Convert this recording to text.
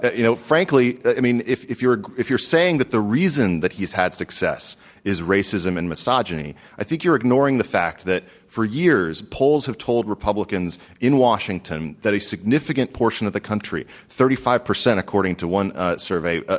you know, frankly i mean, if if you're saying that the reason that he's had success is racism and misogyny, i think you're ignoring the fact that for years, polls have told republicans in washington that a significant portion of the country, thirty five percent according to one survey, ah